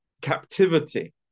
captivity